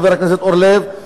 חבר הכנסת אורלב,